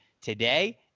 today